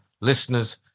listeners